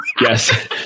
Yes